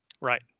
Right